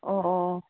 ꯑꯣ ꯑꯣ